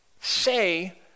say